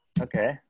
okay